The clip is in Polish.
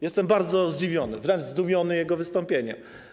Jestem bardzo zdziwiony, wręcz zdumiony jego wystąpieniem.